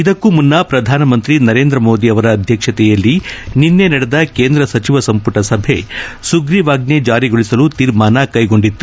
ಇದಕ್ಕೂ ಮುನ್ನ ಪ್ರಧಾನಮಂತ್ರಿ ನರೇಂದ್ರ ಮೋದಿ ಅವರ ಅಧ್ಯಕ್ಷತೆಯಲ್ಲಿ ನಿನ್ನೆ ನಡೆದ ಕೇಂದ್ರ ಸಚಿವ ಸಂಪುಟ ಸಭೆ ಸುಗ್ರೀವಾಜ್ಞೆ ಜಾರಿಗೊಳಿಸಲು ತೀರ್ಮಾನ ಕೈಗೊಂಡಿತ್ತು